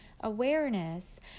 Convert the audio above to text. awareness